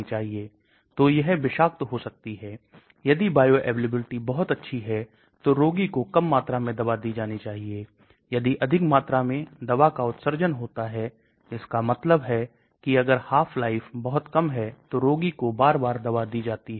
इसलिए शुद्ध एंजाइम आधारित अध्ययन बहुत अच्छे सकारात्मक परिणाम दिखा सकते हैं जबकि जब आप कोशिका आधारित in vivo अध्ययन करते हैं खराब पारगम्यता के कारण यह बहुत खराब परिणाम दे सकता है